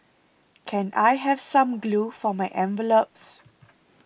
can I have some glue for my envelopes